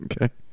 Okay